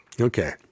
Okay